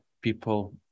people